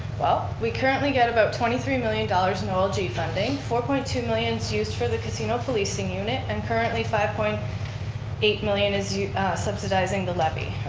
well, we currently get about twenty three million dollars in olg funding, four point two million is used for the casino policing unit and currently, five point eight million is subsidizing the levy,